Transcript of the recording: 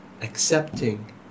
accepting